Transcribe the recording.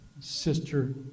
sister